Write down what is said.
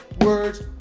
words